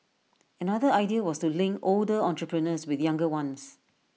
another idea was to link older entrepreneurs with younger ones